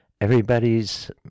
everybody's